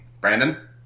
Brandon